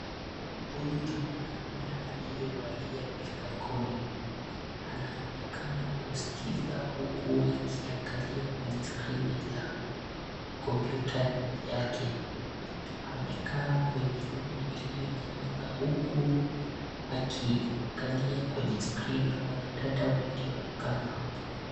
Huyu ni mwanaume aliyevalia vikakoni. Anaonekana kuskiza huku akiangalia kwenye skrini la kompyuta yake. Amekaa kwenye room iliyonyamaza huku akikikalia kwenye skrini wanadada walioonekana hapo.